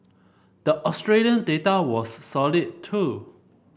the Australian data was solid too